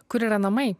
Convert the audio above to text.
kur yra namai